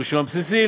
רישיון בסיסי,